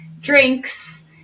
drinks